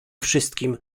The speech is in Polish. wszystkim